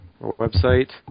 website